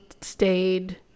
stayed